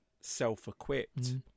self-equipped